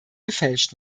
gefälscht